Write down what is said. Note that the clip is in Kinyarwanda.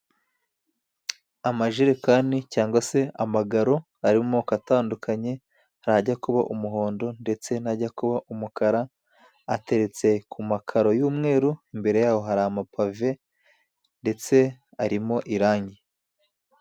Amajerekani cyangwa se amagaro ari mu moko atandukanye najya kuba umuhondo ndetse najya kuba umukara, ateretse ku makaro y'umweru imbere yaho hari ama Pave ndetse arimo irangi.